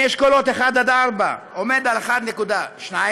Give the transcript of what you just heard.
מאשכולות 1 4 עומד על 1.2%,